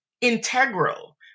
integral